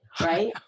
right